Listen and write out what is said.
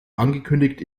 angekündigt